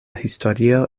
historio